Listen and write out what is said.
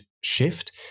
shift